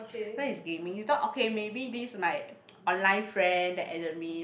then he's gaming he thought okay maybe this might online friend that enemy